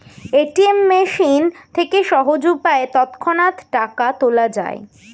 ATM machine থেকে সহজ উপায়ে তৎক্ষণাৎ টাকা তোলা যায়